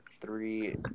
Three